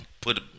Put